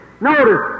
Notice